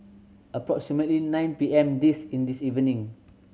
approximately nine P M this in this evening